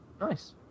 Nice